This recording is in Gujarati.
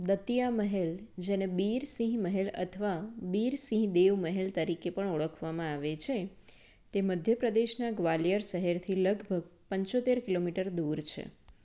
દતિયા મહેલ જેને બીરસિંહ મહેલ અથવા બીરસિંહ દેવ મહેલ તરીકે પણ ઓળખવામાં આવે છે તે મધ્ય પ્રદેશના ગ્વાલિયર શહેરથી લગભગ પંચોતેર કિલોમીટર દૂર છે